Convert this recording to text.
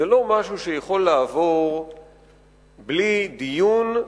זה לא משהו שיכול לעבור בלי דיון,